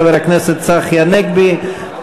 חבר הכנסת צחי הנגבי,